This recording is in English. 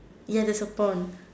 ya there's a pond